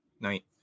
Night